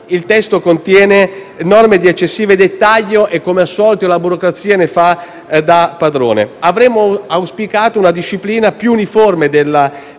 il testo contiene norme di eccessivo dettaglio e, come al solito, la burocrazia la fa da padrona. Avremmo auspicato una disciplina più uniforme della